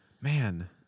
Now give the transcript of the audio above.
Man